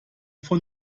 von